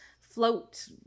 float